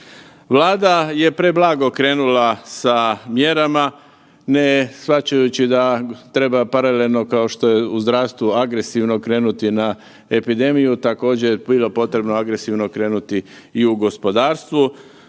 Vlada je preblago krenula sa mjerama ne shvaćajući da treba paralelno kao što je u zdravstvu agresivno krenuti na epidemiju također je bilo potrebno agresivno krenuti i u gospodarstvu.